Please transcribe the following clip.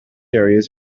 areas